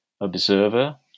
observer